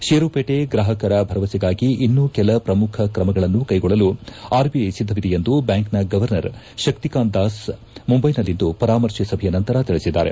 ಷೇರುಪೇಟೆ ಗ್ರಾಪಕರ ಭರವಸೆಗಾಗಿ ಇನ್ನೂ ಕೆಲ ಪ್ರಮುಖ ತ್ರಮಗಳನ್ನು ಕೈಗೊಳ್ಳಲು ಆರ್ಐಐ ಸಿದ್ಧವಿದೆ ಎಂದು ಬ್ಯಾಂಕ್ನ ಗವರ್ನರ್ ಕ್ತಿಕಾಂತ್ ದಾಸ್ ಮುಂಬೈನಲ್ಲಿಂದು ಪರಾಮರ್ಶೆ ಸಭೆಯ ನಂತರ ತಿಳಿಸಿದ್ದಾರೆ